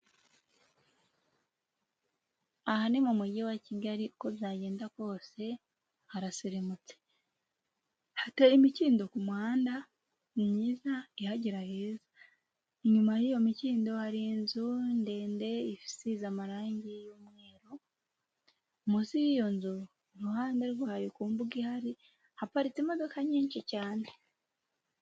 Aha ni mu mujyi wa Kigali uko byagenda kose harasirimutse, hateye imikindo ku muhanda, ni myiza, ihagira heza, inyuma y'iyo mikindo hari inzu ndende isize amarangi y'umweru, munsi y'iyo nzu iruhande rwayo ku mbuga ihari, haparitse imodoka nyinshi cyane.